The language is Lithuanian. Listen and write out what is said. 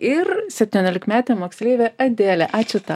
ir septyniolikmetė moksleivė adelė ačiū tau